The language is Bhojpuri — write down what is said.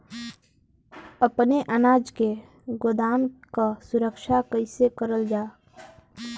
अपने अनाज के गोदाम क सुरक्षा कइसे करल जा?